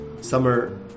summer